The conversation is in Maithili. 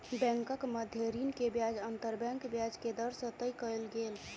बैंकक मध्य ऋण के ब्याज अंतर बैंक ब्याज के दर से तय कयल गेल